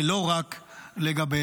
ולא רק לגביהם.